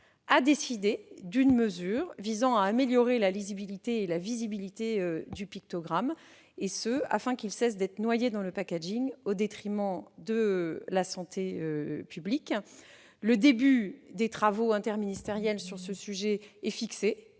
a décidé d'une mesure visant à améliorer la lisibilité et la visibilité du pictogramme, afin qu'il cesse d'être noyé dans le, au détriment de la santé publique. Des travaux interministériels vont s'engager